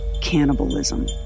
cannibalism